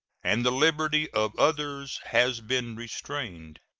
and the liberty of others has been restrained.